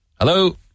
Hello